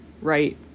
right